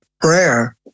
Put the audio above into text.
prayer